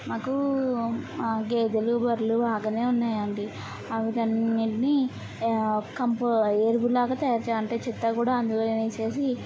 మాకూ గేదెలు బర్రెలు ఆగానే ఉన్నాయండి అవికన్నిటిని కంపూ ఎరువులాగా తయారుచేయాలంటే చెత్త కూడా అందులోనే వేసేసి